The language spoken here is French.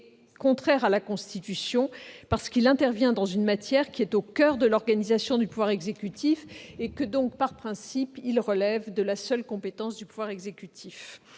contraire à la Constitution, parce qu'il intervient dans une matière qui est au coeur de l'organisation du pouvoir exécutif et qui relève donc, par principe, de la seule compétence du pouvoir exécutif,